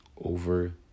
Over